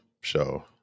show